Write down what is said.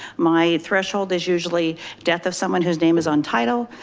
my threshold is usually death of someone whose name is on title,